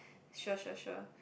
sure sure sure